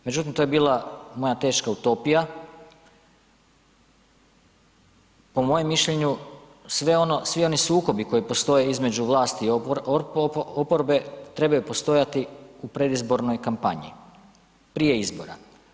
Međutim, to je bila moja teška utopija, po mojem mišljenju svi oni sukobi koji postoje između vlasti i oporbe trebaju postojati u predizbornoj kampanji, prije izbora.